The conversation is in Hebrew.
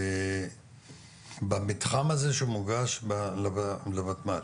במתחם הזה שמוגש לוותמ"ל,